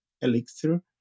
Elixir